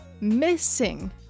missing